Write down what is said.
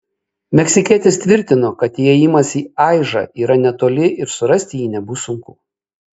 meksikietis tvirtino kad įėjimas į aižą yra netoli ir surasti jį nebus sunku